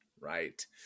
Right